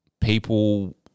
People